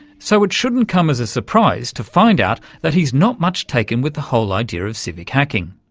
so it shouldn't come as a surprise to find out that he's not much taken with the whole idea of civic hacking.